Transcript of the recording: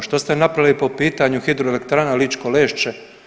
Što ste napravili po pitanju hidroelektrana Ličko Lešće?